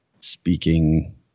speaking